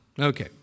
Okay